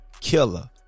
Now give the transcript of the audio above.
killer